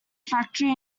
factory